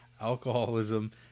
alcoholism